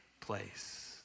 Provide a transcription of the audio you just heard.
place